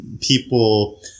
people